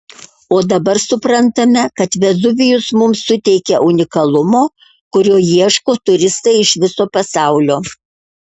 o dabar suprantame kad vezuvijus mums suteikia unikalumo kurio ieško turistai iš viso pasaulio